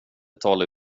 betala